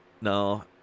No